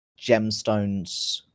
gemstones